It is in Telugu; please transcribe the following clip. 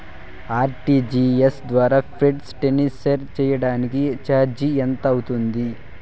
ఆర్.టి.జి.ఎస్ ద్వారా ఫండ్స్ ట్రాన్స్ఫర్ సేయడానికి చార్జీలు ఎంత అవుతుంది